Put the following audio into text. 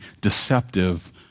deceptive